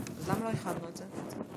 אז למה לא איחדנו את זה?